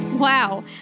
Wow